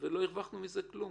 ולא נרוויח כלום.